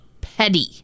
petty